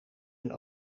een